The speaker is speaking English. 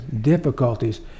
difficulties